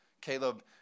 Caleb